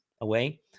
away